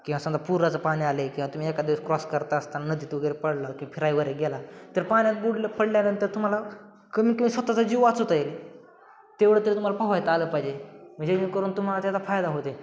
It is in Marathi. किंवा समजा पुराचं पाणी आले किंवा तुम्ही एका दिवस क्रॉस करता असताना नदीत वगैरे पडला किंवा फिराय वगैरे गेला तर पाण्यात बुडले पडल्यानंतर तुम्हाला कमी कमी स्वतःचा जीव वाचवता येईल तेवढं तरी तुम्हाला पोहायला आलं पाहिजे मग जेणेकरून तुम्हाला त्याचा फायदा होते